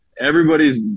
Everybody's